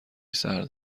سرد